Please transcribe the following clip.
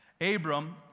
Abram